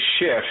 shift